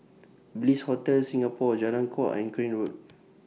Bliss Hotel Singapore Jalan Kuak and Crane Road